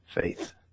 faith